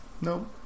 No